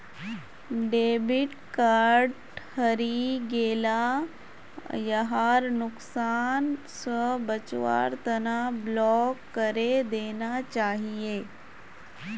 debit card हरई गेला यहार नुकसान स बचवार तना ब्लॉक करे देना चाहिए